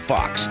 Fox